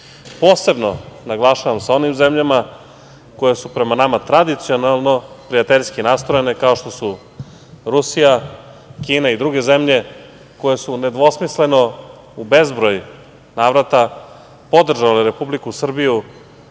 posebno, naglašavam, sa onim zemljama koje su prema nama tradicionalno prijateljski nastrojene, kao što su Rusija, Kina i druge zemlje koje su nedvosmisleno u bezbroj navrata podržale Republiku Srbiju